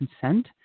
consent